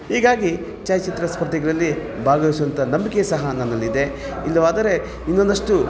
ಹೀಗಾಗಿ ಛಾಯಾಚಿತ್ರ ಸ್ಪರ್ಧೆಗಳಲ್ಲಿ ಭಾಗವಹಿಸುವಂತ ನಂಬಿಕೆ ಸಹ ನನ್ನಲ್ಲಿದೆ ಇಲ್ಲವಾದರೆ ಇನ್ನೊಂದಷ್ಟು